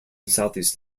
southeast